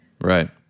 Right